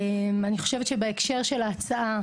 אני חושבת שבהקשר של ההצעה,